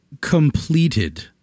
completed